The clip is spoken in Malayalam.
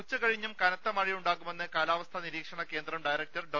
ഉച്ചകഴിഞ്ഞും കനത്ത മഴ ഉണ്ടാകുമെന്ന് കാലാവസ്ഥാ നിരീ ക്ഷണ കേന്ദ്രം ഡയറക്ടർ ഡോ